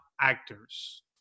actors